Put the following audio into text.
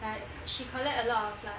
like she collect a lot of like